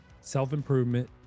Self-improvement